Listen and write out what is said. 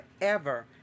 forever